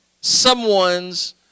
someone's